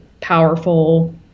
powerful